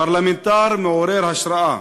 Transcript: פרלמנטר מעורר השראה,